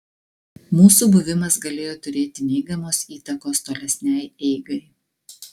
mūsų buvimas galėjo turėti neigiamos įtakos tolesnei eigai